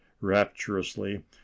rapturously